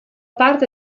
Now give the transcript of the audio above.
parte